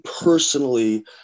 personally